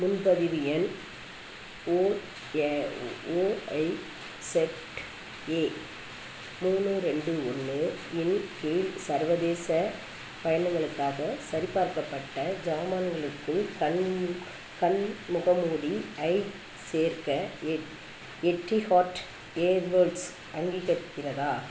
முன்பதிவு எண் O A O I Z A மூணு ரெண்டு ஒன்று இன் கீழ் சர்வதேச பயணங்களுக்காக சரிபார்க்கப்பட்ட ஜாமான்களுக்கு கண் கண் முகமூடி ஐச் சேர்க்க எட் எட்டிஹாட் ஏர்வேல்ஸ் அங்கீகரிக்கிறதா